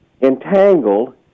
entangled